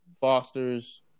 Foster's